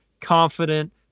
confident